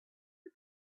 the